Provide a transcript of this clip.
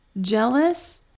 jealous